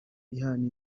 ihana